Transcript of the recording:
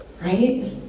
Right